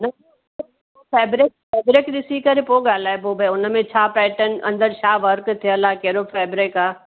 fabric fabric ॾिसी करे पो ॻाल्हाइबो भई हुनमें छा पैटन अंदरु छा वर्क़ थियल आहे कहिड़ो फेब्रिक आहे